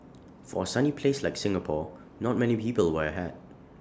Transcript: for A sunny place like Singapore not many people wear A hat